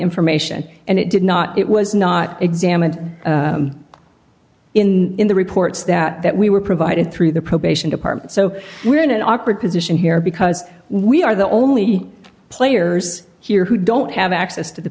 information and it did not it was not examined in the reports that we were provided through the probation department so we're in an awkward position here because we are the only players here who don't have access to the